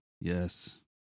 Yes